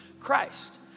Christ